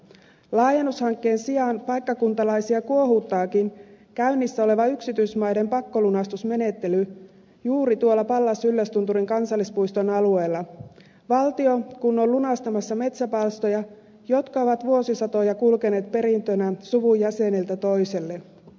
laajennushankkeen sijaan paikkakuntalaisia kuohuttaakin käynnissä oleva yksityismaiden pakkolunastusmenettely juuri tuolla pallas yllästunturin kansallispuiston alueella valtio kun on lunastamassa metsäpalstoja jotka ovat vuosisatoja kulkeneet perintönä suvun jäseneltä toiselle